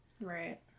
Right